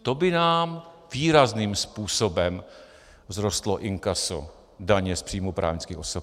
To by nám výrazným způsobem vzrostlo inkaso daně z příjmů právnických osob.